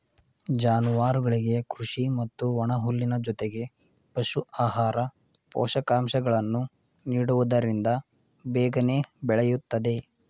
ಜಾನುವಾರುಗಳಿಗೆ ಕೃಷಿ ಮತ್ತು ಒಣಹುಲ್ಲಿನ ಜೊತೆಗೆ ಪಶು ಆಹಾರ, ಪೋಷಕಾಂಶಗಳನ್ನು ನೀಡುವುದರಿಂದ ಬೇಗನೆ ಬೆಳೆಯುತ್ತದೆ